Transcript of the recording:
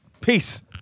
Peace